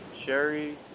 Sherry